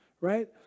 right